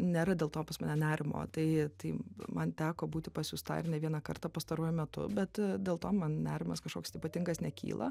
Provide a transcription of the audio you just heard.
nėra dėl to pas mane nerimo tai tai man teko būti pasiųstai ir ne vieną kartą pastaruoju metu bet dėl to man nerimas kažkoks ypatingas nekyla